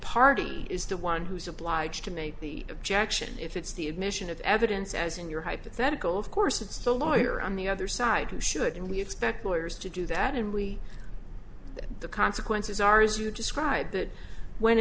party is the one who supplied to make the objection if it's the admission of evidence as in your hypothetical of course it's the lawyer on the other side who should we expect lawyers to do that and we the consequences are as you described that when